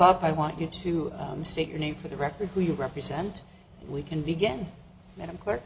up i want you to state your name for the record we represent we can begin madam clerk